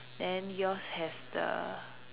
then yours has the